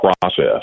process